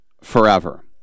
forever